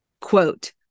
quote